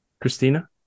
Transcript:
Christina